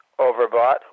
overbought